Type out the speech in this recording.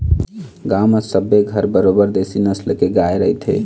गांव म सबे घर बरोबर देशी नसल के गाय रहिथे